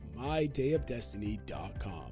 MyDayofDestiny.com